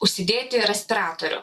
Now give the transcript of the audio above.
užsidėti respiratorių